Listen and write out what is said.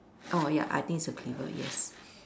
oh ya I think it's a cleaver yes